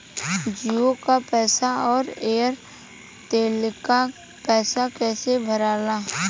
जीओ का पैसा और एयर तेलका पैसा कैसे भराला?